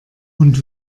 und